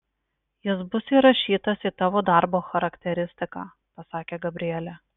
jis bus įrašytas į tavo darbo charakteristiką pasakė gabrielė